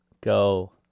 Go